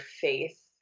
faith